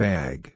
Bag